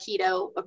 keto